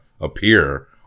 appear